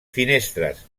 finestres